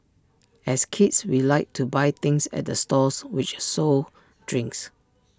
as kids we liked to buy things at the stalls which sold drinks